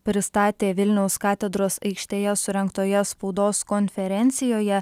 pristatė vilniaus katedros aikštėje surengtoje spaudos konferencijoje